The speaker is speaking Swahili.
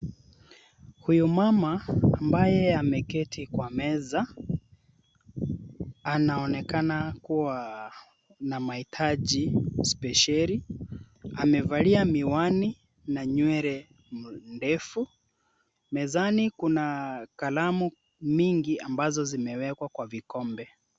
Huyu mama ambaye ameketi kwa meza anaonekana kuwa na mahitaji special .Amevalia miwani na nywele ndefu. Mezani kuna kalamu mingi ambazo zimewekwa kwa vikombe.